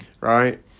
right